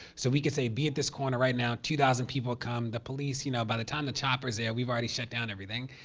so, we could say, be at this corner right now. two thousand people would come. the police you know, by the time the chopper is there, we've already shut down everything,